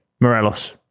Morelos